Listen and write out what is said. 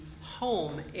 HOME